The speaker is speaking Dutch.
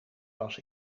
was